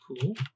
cool